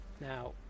Now